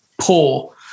poor